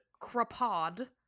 crapod